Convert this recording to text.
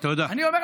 תודה.